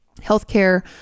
healthcare